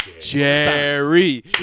Jerry